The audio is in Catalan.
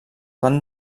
van